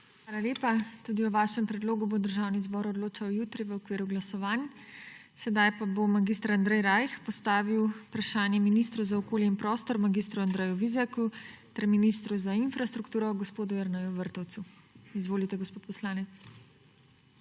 Hvala lepa. Tudi o vašem predlogu bo Državni zbor odločal jutri v okviru glasovanj. Sedaj pa bo mag. Andrej Rajh postavil vprašanje ministru za okolje in prostor mag. Andreju Vizjaku ter ministru za infrastrukturo gospodu Jerneju Vrtovcu. Izvolite, gospod poslanec.